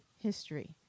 history